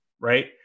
Right